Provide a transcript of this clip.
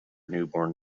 newborn